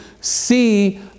see